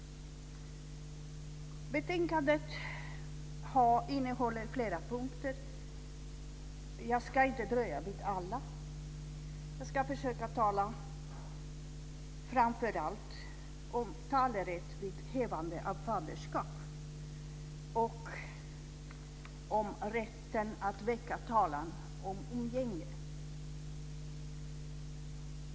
Betänkandet innehåller flera punkter, jag ska inte dröja vid alla. Jag ska försöka tala framför allt om talerätt vid hävande av faderskap och om rätten att väcka talan om umgänge.